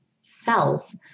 cells